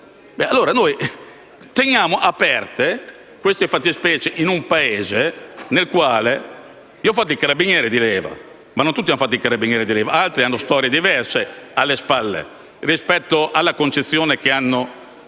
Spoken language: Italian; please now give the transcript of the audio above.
modo teniamo aperte talune fattispecie nel nostro Paese. Io ho fatto il carabiniere di leva, ma non tutti hanno fatto il carabiniere di leva; hanno una storia diversa alle spalle rispetto alla concezione che hanno